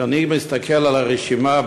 כשאני מסתכל על הרשימה,